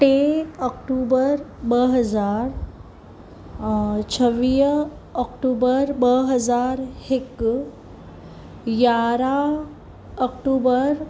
टे अक्टूबर ॿ हज़ार छवीह अक्टूबर ॿ हज़ार हिकु यारहां अक्टूबर